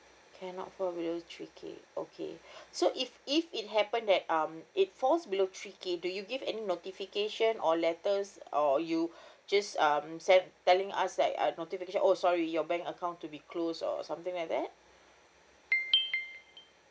cannot fall below three K okay so if it it happen that um it falls below three K do you give any notification or letters or you just um send telling us that uh notification oh sorry your account to be close or something like that